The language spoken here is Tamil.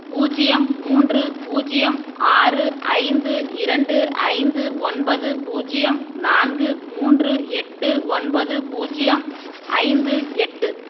பூஜ்ஜியம் மூன்று பூஜ்ஜியம் ஆறு ஐந்து இரண்டு ஐந்து ஒன்பது பூஜ்ஜியம் நான்கு மூன்று எட்டு ஒன்பது பூஜ்ஜியம் ஐந்து எட்டு